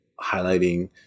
highlighting